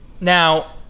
Now